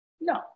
No